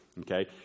okay